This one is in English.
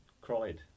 cried